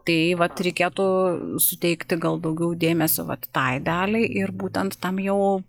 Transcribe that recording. tai vat reikėtų suteikti gal daugiau dėmesio vat tai daliai ir būtent tam jau